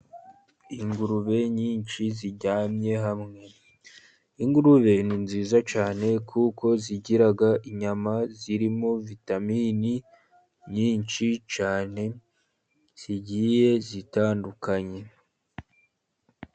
Ingurube nyinshi ziryamye hamwe, ingurube ni nziza cyane, kuko zigira inyama zirimo vitaminini nyinshi cyane, zigiye zitandukanye.